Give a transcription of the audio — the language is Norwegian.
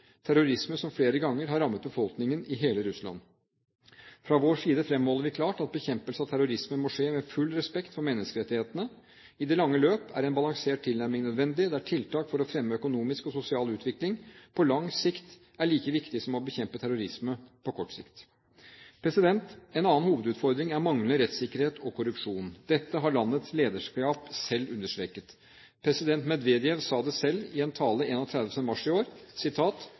terrorisme som flere ganger har rammet befolkningen i hele Russland. Fra vår side fremholder vi klart at bekjempelse av terrorisme må skje med full respekt for menneskerettighetene. I det lange løp er en balansert tilnærming nødvendig, der tiltak for å fremme økonomisk og sosial utvikling på lang sikt er like viktig som å bekjempe terrorisme på kort sikt. En annen hovedutfordring er manglende rettssikkerhet og korrupsjon. Dette har landets lederskap selv understreket. President Medvedev sa selv i en tale 31. mars i år: